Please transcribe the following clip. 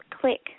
click